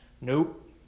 Nope